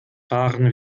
fahren